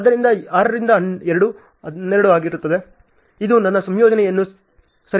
ಆದ್ದರಿಂದ 6 ರಿಂದ 2 12 ಆಗುತ್ತದೆ ಇದು ನನ್ನ ಸಂಯೋಜನೆಯನ್ನು ಸರಿಹೊಂದಿಸುತ್ತದೆ